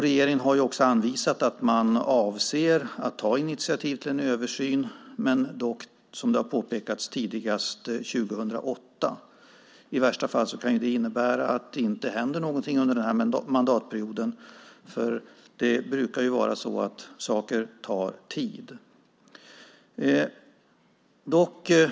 Regeringen har anvisat att man avser att ta initiativ till en översyn men först 2008, vilket tidigare påpekats. I värsta fall kan det innebära att det inte händer någonting under denna mandatperiod. Saker brukar ju ta tid.